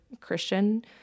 Christian